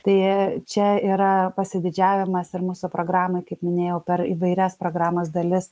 tai čia yra pasididžiavimas ir mūsų programoj kaip minėjau per įvairias programos dalis